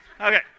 Okay